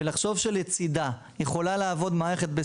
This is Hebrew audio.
ולחשוב שלצידה יכולה לעבוד מערכת של